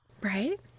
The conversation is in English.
right